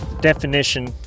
definition